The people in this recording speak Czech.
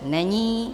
Není.